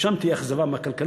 אם שם תהיה אכזבה מהכלכלה,